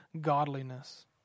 godliness